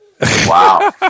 Wow